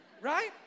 Right